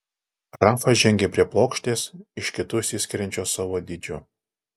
rafa žengė prie plokštės iš kitų išsiskiriančios savo dydžiu